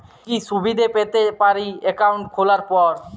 কি কি সুবিধে পেতে পারি একাউন্ট খোলার পর?